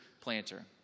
planter